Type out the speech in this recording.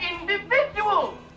individuals